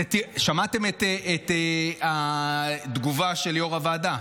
שמעתם את התגובה של יושב-ראש הוועדה: